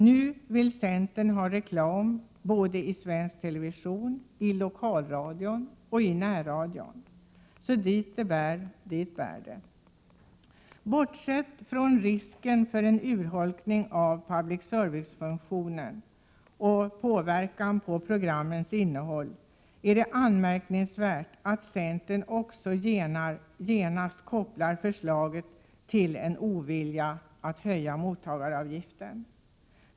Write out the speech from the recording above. Nu vill centern ha reklam både i svensk television, i lokalradion och i närradion. Dit det bär, dit bär det. Bortsett från risken för en urholkning av public service-funktionen och en påverkan på programmens innehåll är det anmärkningsvärt att centern också genast kopplar förslaget till en ovilja att höja mottagaravgiften.